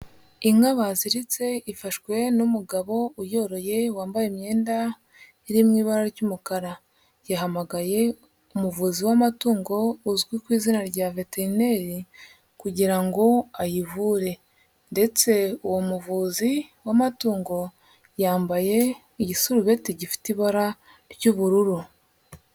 Inka baziritse ifashwe n'umugabo uyoroye wambaye imyenda iri mu ibara ry'umukara, yahamagaye umuvuzi w'amatungo uzwi ku izina rya veterineri kugira ngo ayivure ndetse uwo muvuzi w'amatungo yambaye igisurubeti gifite ibara ry'ubururu.